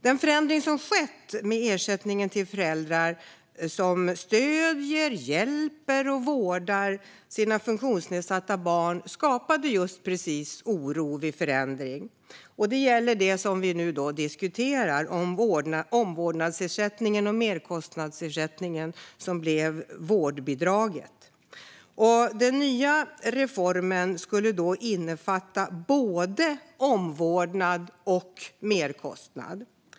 Den förändring som har skett i ersättningen till föräldrar som stöder, hjälper och vårdar sina funktionsnedsatta barn skapade just oro. Det gäller det som vi nu diskuterar: omvårdnadsersättningen och merkostnadsersättningen, som blev vårdbidraget. Den nya reformen skulle innefatta både omvårdnad och merkostnad.